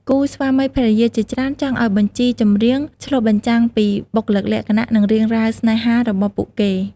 គូស្វាមីភរិយាជាច្រើនចង់ឱ្យបញ្ជីចម្រៀងឆ្លុះបញ្ចាំងពីបុគ្គលិកលក្ខណៈ និងរឿងរ៉ាវស្នេហារបស់ពួកគេ។